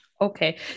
okay